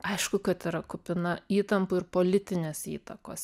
aišku kad yra kupina įtampų ir politinės įtakos